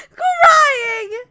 crying